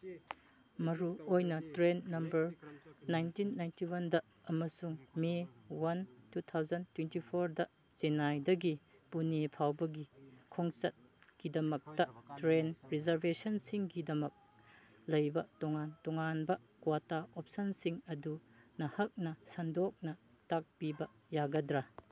ꯃꯔꯨ ꯑꯣꯏꯅ train number nineteen ninety ꯋꯥꯟꯗ ꯑꯃꯁꯨꯡ May one two thousand twenty ꯐꯣꯔꯗ ꯆꯦꯅꯥꯏꯗꯒꯤ ꯄꯨꯅꯦ ꯐꯥꯎꯕꯒꯤ ꯈꯣꯡꯆꯠꯀꯤꯗꯃꯛꯇ ꯇ꯭ꯔꯦꯟ ꯔꯤꯖꯔꯕꯦꯁꯟꯁꯤꯡꯒꯤꯗꯃꯛ ꯂꯩꯕ ꯇꯣꯉꯥꯟ ꯇꯣꯉꯥꯟꯕ ꯀ꯭ꯋꯥꯇꯥ ꯑꯣꯞꯁꯟꯁꯤꯡ ꯑꯗꯨ ꯅꯍꯥꯛꯅ ꯁꯟꯗꯣꯛꯅ ꯇꯥꯛꯄꯤꯕ ꯌꯥꯒꯗ꯭ꯔꯥ